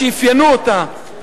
שאפיינו אותה.